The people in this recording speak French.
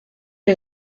les